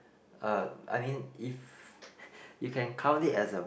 uh I mean if you can count it as a